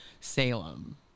Salem